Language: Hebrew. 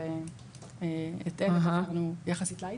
אבל את אלה בחרנו יחסית "לייט".